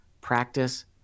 practice